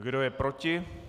Kdo je proti?